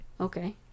Okay